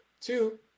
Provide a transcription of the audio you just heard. two